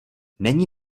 není